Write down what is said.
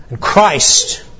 Christ